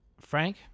Frank